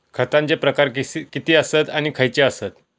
खतांचे प्रकार किती आसत आणि खैचे आसत?